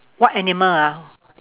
what animal ah